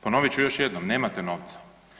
Ponovit ću još jednom, nemate novca.